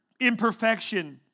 imperfection